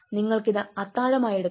നിങ്ങൾക്ക് ഇത് അത്താഴമായി എടുക്കാം